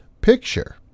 picture